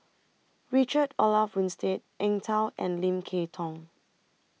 Richard Olaf Winstedt Eng Tow and Lim Kay Tong